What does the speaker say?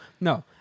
No